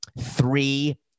three